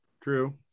True